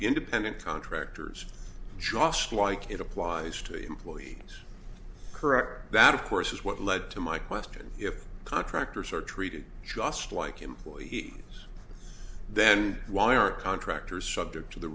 independent contractors joslyn like it applies to employees correct that of course is what led to my question if contractors are treated just like employees then why are contractors subject to the